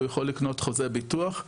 הוא יכול לקנות חוזה ביטוח,